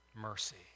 Mercy